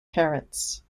parrots